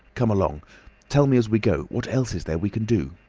come along tell me as we go. what else is there we can do?